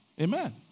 Amen